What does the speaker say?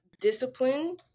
discipline